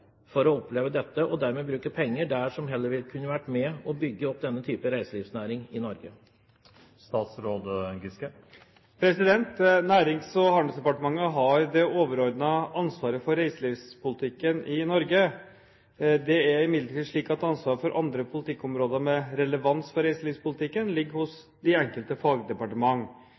for å oppleve dette og dermed bruke penger der som heller kunne vært med på å bygge opp denne type reiselivsnæring i Norge?» Nærings- og handelsdepartementet har det overordnede ansvaret for reiselivspolitikken i Norge. Det er imidlertid slik at ansvaret for andre politikkområder med